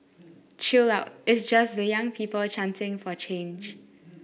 chill out it's just the young people chanting for change